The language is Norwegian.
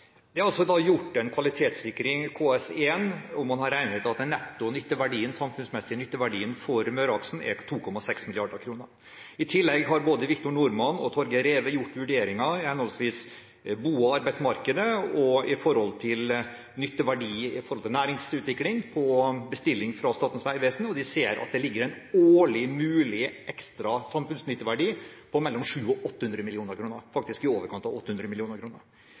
det i denne sammenhengen. Det er gjort en kvalitetssikring, KS1, og man har regnet ut at netto samfunnsmessig nytteverdi for Møreaksen er på 2,6 mrd. kr. I tillegg har både Victor Norman og Torger Reve gjort vurderinger i henholdsvis bo- og arbeidsmarkedet, og når det gjelder nytteverdi med tanke på næringsutvikling, på bestilling fra Statens vegvesen, og de ser at det ligger en mulig ekstra samfunnsnytteverdi på mellom 700 og 800 mill. kr årlig – faktisk i overkant av 800